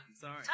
Sorry